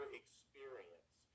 experience